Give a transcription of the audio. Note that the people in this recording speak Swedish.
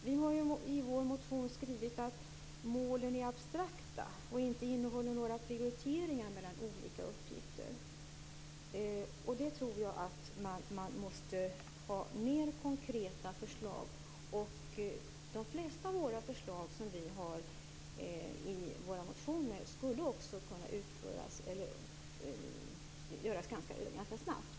Vi har i vår motion skrivit att målen är abstrakta och inte innehåller några prioriteringar av olika uppgifter. Jag tror att man måste ha mera konkreta förslag. De flesta av förslagen i våra motioner skulle också kunna genomföras ganska snabbt.